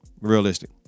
Realistic